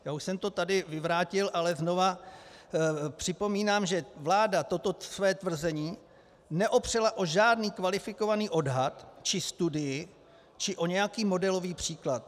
Já už jsem to tady vyvrátil, ale znova připomínám, že vláda toto své tvrzení neopřela o žádný kvalifikovaný odhad či studii či o nějaký modelový příklad.